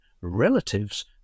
relatives